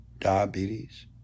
diabetes